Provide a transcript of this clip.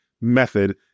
method